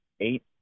Eight